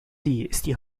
die